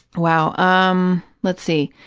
wow. um let's see.